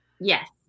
Yes